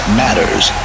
matters